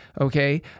okay